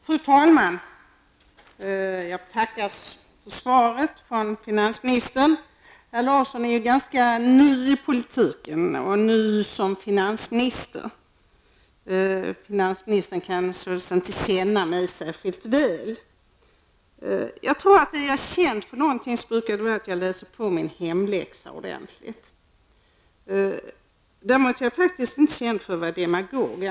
Fru talman! Jag tackar finansministern för svaret. Allan Larsson är ju ganska ny i politiken och ny som finansminister, så han kanske inte känner mig särskilt väl. Men jag tror att jag är känd för att läsa på min hemläxa ordentligt. Däremot är jag faktiskt inte känd för att vara demagog.